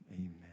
amen